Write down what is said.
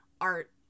Art